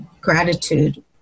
gratitude